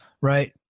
right